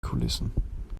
kulissen